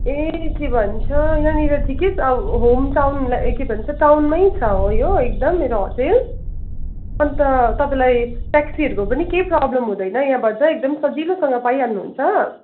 ए के भन्छ यहाँनिर ठिकै छ अब होम टाउन ए के भन्छ टाउनमै छ हो यो एकदम मेरो होटल अन्त तपाईँलाई ट्याक्सीहरूको पनि केही प्रब्लम हुँदैन यहाँबाट एकदम सजिलोसँग पाइहाल्नु हुन्छ